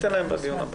ניתן להם לדבר.